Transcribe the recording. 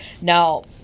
now